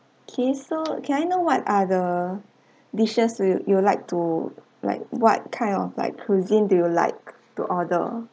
okay so can I know what are the dishes will you would like to like what kind of like cuisine do you like to order